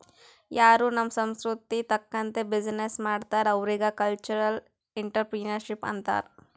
ಯಾರೂ ನಮ್ ಸಂಸ್ಕೃತಿ ತಕಂತ್ತೆ ಬಿಸಿನ್ನೆಸ್ ಮಾಡ್ತಾರ್ ಅವ್ರಿಗ ಕಲ್ಚರಲ್ ಇಂಟ್ರಪ್ರಿನರ್ಶಿಪ್ ಅಂತಾರ್